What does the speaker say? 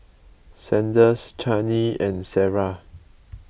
Sanders Chaney and Sarrah